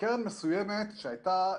קרן מסוימת שהייתה,